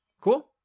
Cool